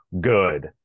good